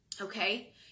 Okay